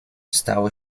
stało